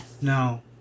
No